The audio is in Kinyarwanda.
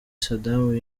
saddam